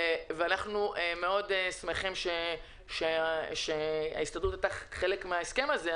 אנחנו מאוד שמחים שההסתדרות הייתה חלק מן ההסכם הזה,